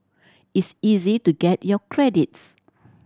it's easy to get your credits